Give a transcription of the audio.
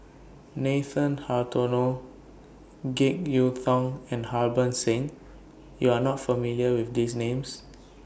Nathan Hartono Jek Yeun Thong and Harbans Singh YOU Are not familiar with These Names